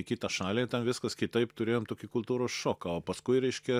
į kitą šalį ten viskas kitaip turėjom tokį kultūros šoką o paskui reiškia